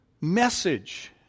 message